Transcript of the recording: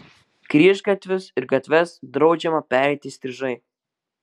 kryžgatvius ir gatves draudžiama pereiti įstrižai